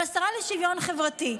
אבל השרה לשוויון חברתי.